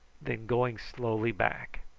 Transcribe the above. then going slowly back.